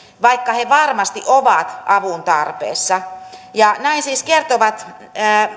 vaikka he varmasti ovat avun tarpeessa ja näin siis kertovat